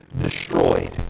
destroyed